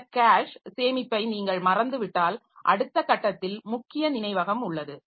இந்த கேஷ் சேமிப்பை நீங்கள் மறந்துவிட்டால் அடுத்த கட்டத்தில் முக்கிய நினைவகம் உள்ளது